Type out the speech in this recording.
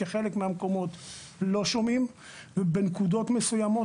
כי בחלק מהמקומות לא שומעים ובנקודות מסוימות,